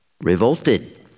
revolted